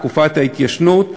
תקופת ההתיישנות,